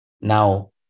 Now